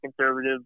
conservative